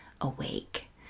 awake